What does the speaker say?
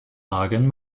hagen